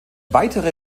weitere